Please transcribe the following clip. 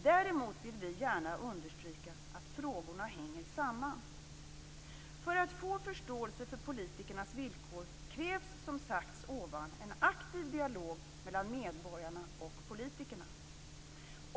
Däremot vill vi gärna understryka att frågorna hänger samman. För att få förståelse för politikernas villkor krävs som sagts ovan en aktiv dialog mellan medborgarna och politikerna.